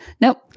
Nope